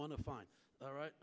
want to find all right